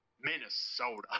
Minnesota